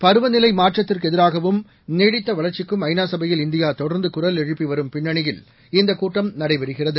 பருவநிலை மாற்றத்திற்கு எதிராகவும் நீடித்த வளர்ச்சிக்கும் ஐநா சபையில் இந்தியா தொடர்ந்து குரல் எழுப்பி வரும் பின்னணியில் இந்தக் கூட்டம் நடைபெறுகிறது